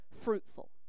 fruitful